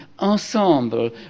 ensemble